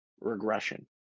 regression